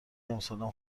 امسالم